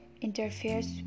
interferes